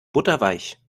butterweich